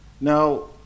Now